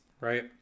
right